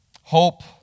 hope